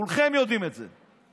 כולכם יודעים את זה.